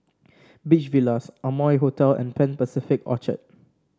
Beach Villas Amoy Hotel and Pan Pacific Orchard